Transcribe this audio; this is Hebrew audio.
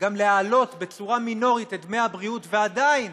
גם להעלות בצורה מינורית את דמי הבריאות ועדיין